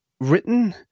written